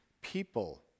people